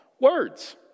Words